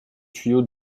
tuyau